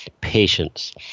patience